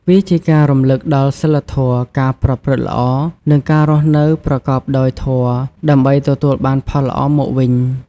វាជាការរំលឹកដល់សីលធម៌ ការប្រព្រឹត្តល្អ និងការរស់នៅប្រកបដោយធម៌ ដើម្បីទទួលបានផលល្អមកវិញ។